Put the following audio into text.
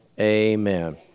Amen